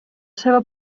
seva